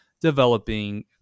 developing